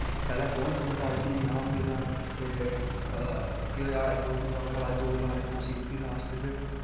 पैह्लैं कुन पुजदा इसी इनाम मिलना ते केह् होया इक मुड़ा बड़ा जोर लाने दी कोशिश कीती लास्ट च